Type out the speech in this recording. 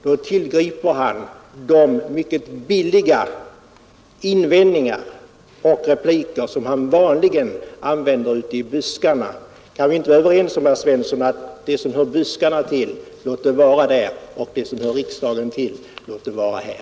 Då tillgriper han de mycket billiga invändningar och repliker som han vanligen använder ute i buskarna. Kan vi inte vara överens om, herr Svensson, att låta det som hör buskarna till vara där och låta det som hör riksdagen till vara här!